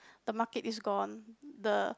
the market is gone the